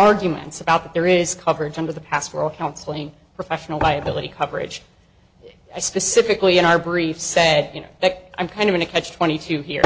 arguments about that there is covered under the pastoral counseling professional liability coverage i specifically in our brief said you know that i'm kind of in a catch twenty two here